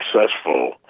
successful